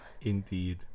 Indeed